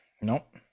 Nope